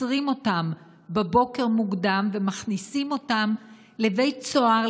עוצרים אותם בבוקר מוקדם ומכניסים אותם לבית סוהר,